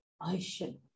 ocean